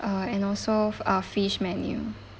uh and also uh fish menu